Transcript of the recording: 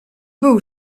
był